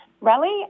rally